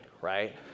right